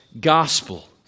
gospel